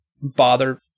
bother